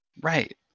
Right